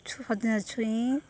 ସଜନା ଛୁଇଁ